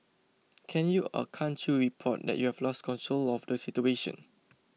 can you or can't you report that you've lost control of the situation